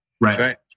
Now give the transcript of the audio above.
Right